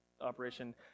operation